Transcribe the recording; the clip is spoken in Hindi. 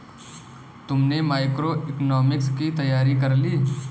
तुमने मैक्रोइकॉनॉमिक्स की तैयारी कर ली?